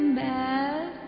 bad